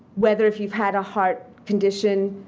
whether if you've had a heart condition,